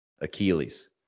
Achilles